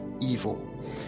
evil